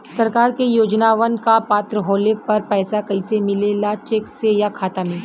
सरकार के योजनावन क पात्र होले पर पैसा कइसे मिले ला चेक से या खाता मे?